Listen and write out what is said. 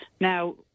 Now